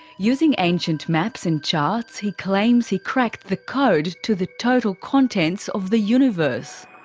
using ancient maps and charts, he claims he cracked the code to the total contents of the universe.